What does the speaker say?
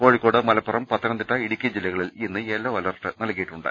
കോഴിക്കോട് മലപ്പുറം പത്തനംതിട്ട ഇടുക്കി ജില്ലകളിൽ ഇന്ന് yellow alert നൽകിയിട്ടുണ്ട്